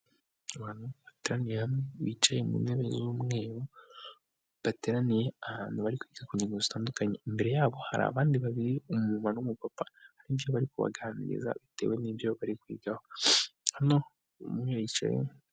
Abantu bateraniye hamwe bicaye mu ntebe z'umweru bateraniye ahantu bari kwiga ku ngingo zitandukanye, imbere yabo hari abandi babiri umu mama n'umupapa hari ibyo bari kubaganiriza bitewe n'ibyo bari kwigaho hano umwe yicaye